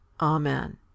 Amen